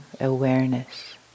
awareness